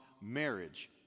marriage